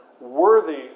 worthy